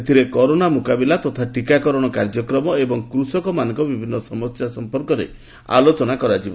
ଏଥିରେ କରୋନା ମୁକାବିଲା ତଥା ଟିକାକରଣ କାର୍ଯ୍ୟକ୍ରମ ଏବଂ କୃଷକମାନଙ୍କ ବିଭିନ୍ନ ସମସ୍ୟା ସମ୍ପର୍କରେ ଆଲୋଚନା କରାଯିବ